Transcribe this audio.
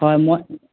হয় মই